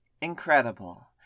Incredible